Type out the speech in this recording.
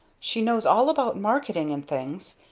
she knows all about marketing and things,